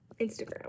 instagram